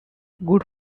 good